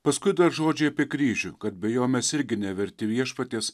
paskui žodžiai apie kryžių kad be jo mes irgi neverti viešpaties